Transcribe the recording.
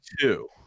two